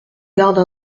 garde